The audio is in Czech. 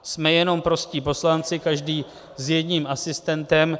Jsme jenom prostí poslanci, každý s jedním asistentem.